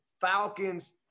Falcons